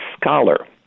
Scholar